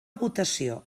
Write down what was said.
votació